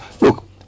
look